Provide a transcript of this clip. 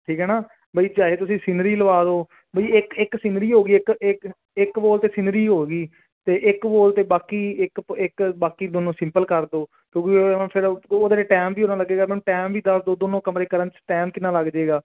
ਠੀਕ ਹੈ ਨਾ ਬਈ ਚਾਹੇ ਤੁਸੀਂ ਸੀਨਰੀ ਲਗਵਾ ਦਿਓ ਬਈ ਇੱਕ ਇੱਕ ਸੀਨਰੀ ਹੋ ਗਈ ਇੱਕ ਇੱਕ ਇੱਕ ਬੋਲ 'ਤੇ ਸੀਨਰੀ ਹੋ ਗਈ ਅਤੇ ਇੱਕ ਬੋਲ 'ਤੇ ਬਾਕੀ ਇੱਕ ਇੱਕ ਬਾਕੀ ਦੋਨੋਂ ਸਿੰਪਲ ਕਰ ਦਿਓ ਕਿਉਂਕਿ ਹੁਣ ਫਿਰ ਉਹ ਉਹਦੇ ਲਈ ਟਾਈਮ ਵੀ ਉੰਨਾ ਲੱਗੇਗਾ ਮੈਨੂੰ ਟਾਈਮ ਵੀ ਦੱਸ ਦਿਓ ਦੋਨੋਂ ਕਮਰੇ ਕਰਨ 'ਚ ਟਾਈਮ ਕਿੰਨਾ ਲੱਗ ਜਾਵੇਗਾ